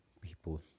people